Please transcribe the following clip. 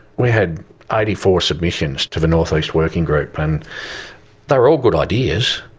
we had eighty four submissions to the north east working group and they were all good ideas.